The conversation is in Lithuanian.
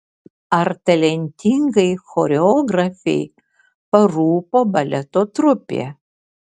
ar talentingai choreografei parūpo baleto trupė